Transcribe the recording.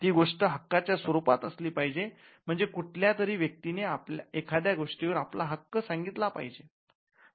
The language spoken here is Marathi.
ती गोष्ट हक्काच्या स्वरूपात असली पाहिजे म्हणजे कुठल्या तरी व्यक्तीने एखाद्या गोष्टीवर आपला हक्क सांगितला पाहिजे